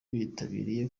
bitabiriye